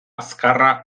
azkarra